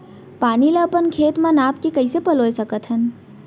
पानी ला अपन खेत म नाप के कइसे पलोय सकथन?